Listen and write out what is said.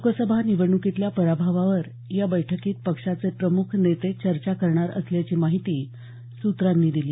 लोकसभा निवडणुकीतल्या पराभवावर या बैठकीत पक्षाचे प्रमुख नेते चर्चा करणार असल्याची माहिती सूत्रांनी दिली